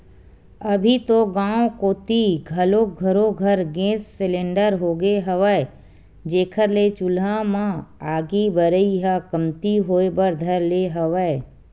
अभी तो गाँव कोती घलोक घरो घर गेंस सिलेंडर होगे हवय, जेखर ले चूल्हा म आगी बरई ह कमती होय बर धर ले हवय